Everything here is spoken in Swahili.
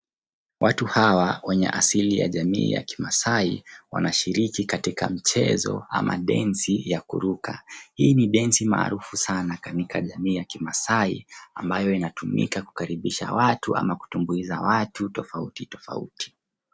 Watu hawa wenye asili ya jamii ya kimasai wanashiriki katika mchezo au densi ya kuruka. Hii ni densi maarufu sana kwa jamii ya kimasai ambayo inatumika kukaribisha watu ama kutumbuiza watu tofauti tofauti.